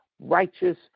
righteous